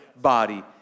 body